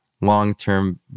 long-term